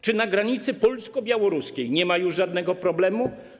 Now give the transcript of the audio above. Czy na granicy polsko-białoruskiej nie ma już żadnego problemu?